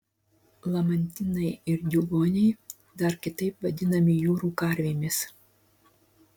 lamantinai ir diugoniai dar kitaip vadinami jūrų karvėmis